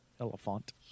Elephant